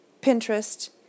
Pinterest